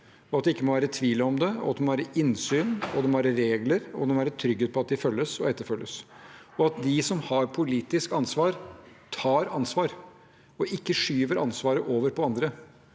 Det må ikke være tvil om det. Det må være innsyn, og det må være regler og trygghet for at de følges og etterfølges, og at de som har politisk ansvar, tar ansvar og ikke skyver ansvaret over på andre.